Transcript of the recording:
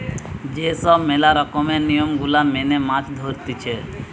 যে সব ম্যালা রকমের নিয়ম গুলা মেনে মাছ ধরতিছে